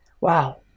wow